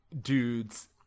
dudes